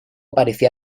parecía